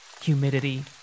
Humidity